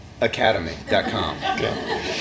academy.com